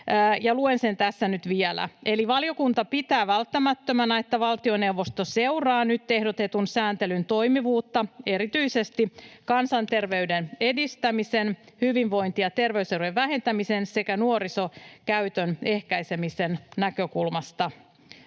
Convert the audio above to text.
luen sen tässä nyt vielä: ”Valiokunta pitää välttämättömänä, että valtioneuvosto seuraa nyt ehdotetun sääntelyn toimivuutta erityisesti kansanterveyden edistämisen, hyvinvointi- ja terveyserojen vähentämisen sekä nuorisokäytön ehkäisemisen näkökulmasta